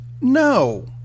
No